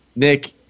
Nick